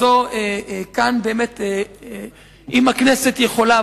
אם הכנסת יכולה,